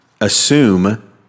assume